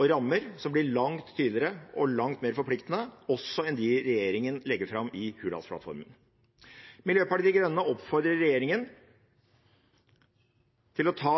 og rammer som også blir langt tydeligere og langt mer forpliktende enn dem regjeringen legger fram i Hurdalsplattformen. Miljøpartiet De Grønne oppfordrer regjeringen til å ta